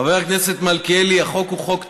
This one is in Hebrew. חבר הכנסת מלכיאלי, החוק הוא חוק טוב,